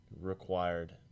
required